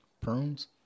prunes